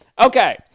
Okay